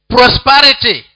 Prosperity